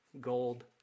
Gold